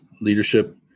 Leadership